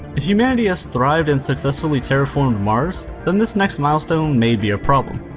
if humanity has thrived and successfully terraformed mars, then this next milestone may be a problem.